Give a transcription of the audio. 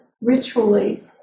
ritually